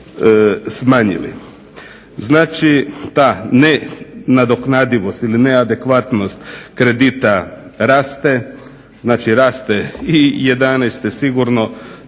smanjili. Znači ta nenadoknadivost ili neadekvatnost kredita raste, znači raste i '11. sigurno,